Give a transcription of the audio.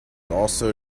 also